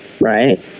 Right